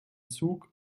zug